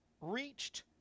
reached